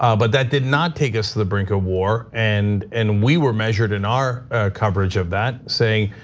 ah but that did not take us to the brink of war. and and we were measured in our coverage of that saying,